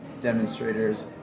demonstrators